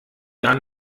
gar